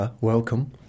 Welcome